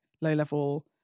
low-level